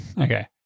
Okay